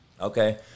Okay